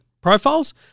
profiles